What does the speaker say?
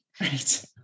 Right